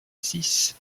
six